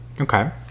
Okay